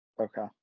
Okay